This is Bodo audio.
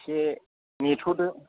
एसे नेथ'दो